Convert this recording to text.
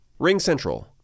RingCentral